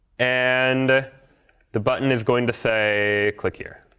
and the button is going to say click here.